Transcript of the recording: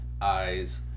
eyes